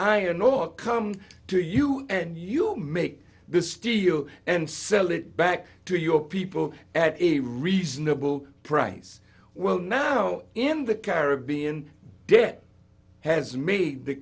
iron ore come to you and you'll make this steel and sell it back to your people at a reasonable price well now in the caribbean debt has made the